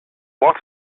what